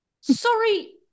sorry